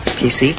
pc